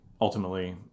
ultimately